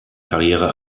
karriere